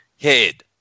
head